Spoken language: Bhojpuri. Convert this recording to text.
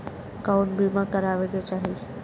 कउन बीमा करावें के चाही?